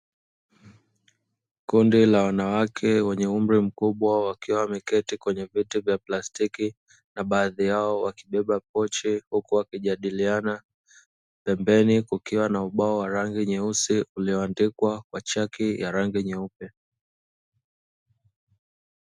Kundi la wanawake wenye umri mkubwa wakiwa wameketi kwenye viti vya plastiki, na baadhi yao wakibeba pochi huku wakijadiliana, pembeni kukiwa na ubao wa rangi nyeusi ulioandikwa na chaki ya rangi nyeupe.